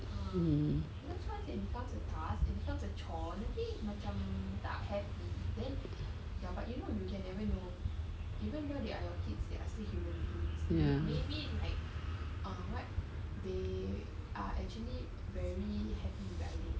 um ya